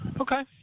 Okay